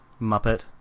Muppet